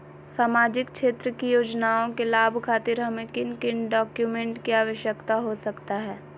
सामाजिक क्षेत्र की योजनाओं के लाभ खातिर हमें किन किन डॉक्यूमेंट की आवश्यकता हो सकता है?